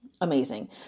amazing